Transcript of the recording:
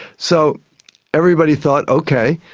so everybody thought, okay,